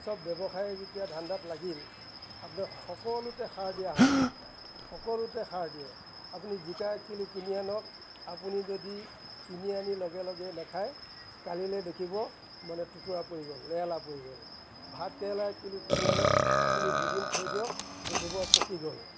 চব ব্য়ৱসায়ে যেতিয়া ধাণ্ডাত লাগিল আপোনাৰ সকলোতে সাৰ দিয়া হ'ল সকলোতে সাৰ দিয়ে আপুনি জিকা এক কিলো কিনি আনক আপুনি যদি কিনি আনি লগে লগে নাখায় কালিলৈ দেখিব মানে টোটোৰা পৰি গ'ল লেৰেলা পৰি গ'ল ভাতকেৰেলা এক কিলো কিনি আনক আপুনি দুদিন থৈ দিয়ক দেখিব পকি গ'ল